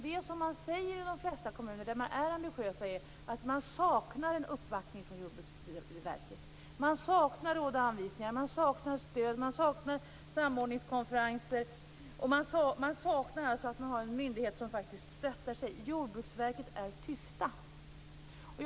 Vad man säger i de flesta kommuner där man är ambitiös är att man saknar en uppbackning från Jordbruksverket. Man saknar råd och anvisningar, man saknar samordningskonferenser och man saknar en myndighet som ger stöd. Från Jordbruksverket är man tyst.